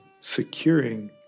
securing